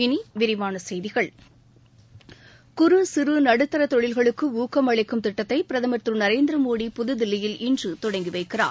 இனி விரிவான செய்திகள் குறு சிறு நடுத்தர தொழில்களுக்கு ஊக்கம் அளிக்கும் திட்டத்தை பிரதமர் திரு நரேந்திரமோடி புதுதில்லியில் இன்று தொடங்கி வைக்கிறார்